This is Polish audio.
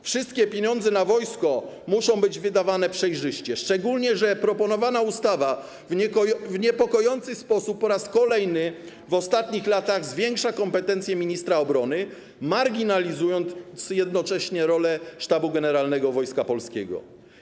Wszystkie pieniądze na wojsko muszą być wydawane przejrzyście, szczególnie że proponowana ustawa w niepokojący sposób po raz kolejny w ostatnich latach zwiększa kompetencje ministra obrony, marginalizując jednocześnie rolę Sztabu Generalnego Wojska Polskiego.